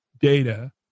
data